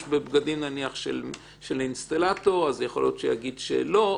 בבגדים של אינסטלטור אז יכול להיות שהוא יגיד שלא,